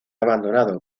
abandonado